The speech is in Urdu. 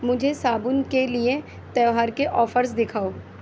مجھے صابن کے لیے تیہوار کے آفرز دکھاؤ